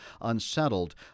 Unsettled